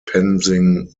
dispensing